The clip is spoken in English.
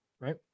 right